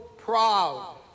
proud